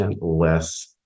less